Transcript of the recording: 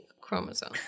chromosome